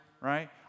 right